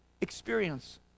experience